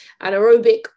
anaerobic